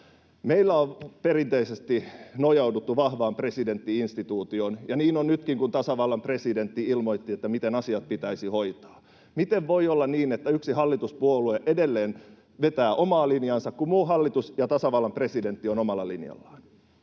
Meillä on perinteisesti nojauduttu vahvaan presidentti-instituutioon, ja niin on nytkin, kun tasavallan presidentti ilmoitti, miten asiat pitäisi hoitaa. Miten voi olla niin, että yksi hallituspuolue edelleen vetää omaa linjaansa, kun muu hallitus ja tasavallan presidentti ovat omalla linjallaan?